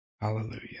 Hallelujah